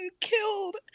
killed